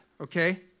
okay